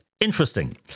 interesting